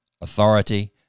authority